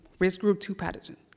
risk group two pathogen.